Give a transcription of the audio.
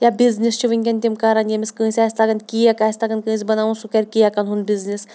یا بِزنِس چھِ وٕنۍکٮ۪ن تِم کَران یٔمِس کٲنٛسہِ آسہِ تَگان کیک آسہِ تَگان کٲنٛسہِ بَناوُن سُہ کَرِ کیکَن ہُنٛد بِزنِس